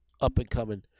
up-and-coming